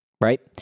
Right